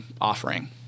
offering